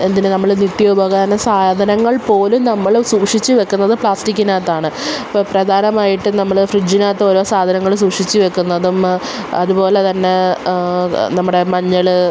എന്തിന് നമ്മൾ നിത്യോപകരണ സാധനങ്ങള് പോലും നമ്മൾ സൂക്ഷിച്ച് വെക്കുന്നത് പ്ലാസ്റ്റിക്കിനകത്താണ് ഇപ്പം പ്രധാനമായിട്ടും നമ്മൾ ഫ്രിഡ്ജിനകത്ത് ഓരോ സാധനങ്ങൾ സൂക്ഷിച്ച് വെക്കുന്നതും അതുപോലെ തന്നെ നമ്മുടെ മഞ്ഞൾ